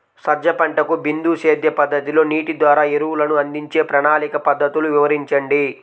సజ్జ పంటకు బిందు సేద్య పద్ధతిలో నీటి ద్వారా ఎరువులను అందించే ప్రణాళిక పద్ధతులు వివరించండి?